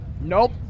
Nope